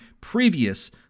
previous